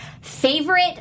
Favorite